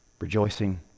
rejoicing